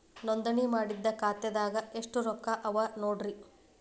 ನೋಂದಣಿ ಮಾಡಿದ್ದ ಖಾತೆದಾಗ್ ಎಷ್ಟು ರೊಕ್ಕಾ ಅವ ನೋಡ್ರಿ